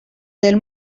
del